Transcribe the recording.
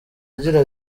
agira